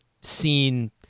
seen